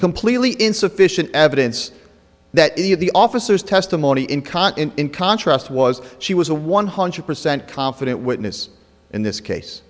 completely insufficient evidence that any of the officers testimony in caught in in contrast was she was a one hundred percent confident witness in this case